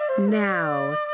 Now